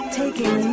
taking